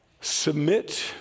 Submit